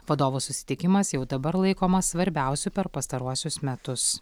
vadovų susitikimas jau dabar laikomas svarbiausiu per pastaruosius metus